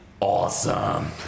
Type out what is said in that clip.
Awesome